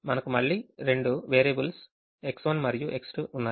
మనకు మళ్ళీ రెండు వేరియబుల్స్ X1 మరియు X2 ఉన్నాయి